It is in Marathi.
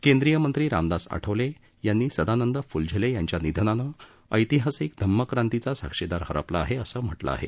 केंद्रीय मंत्री रामदास आठवले यांनी सदानंद फ्लझेले यांच्या निधनानं ऐतिहासिक धम्मक्रांतिचा साक्षीदार हरपला आहे असं म्हटलं आहे